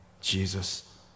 Jesus